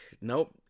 Nope